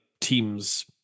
teams